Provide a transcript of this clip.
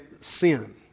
sin